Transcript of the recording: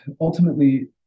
ultimately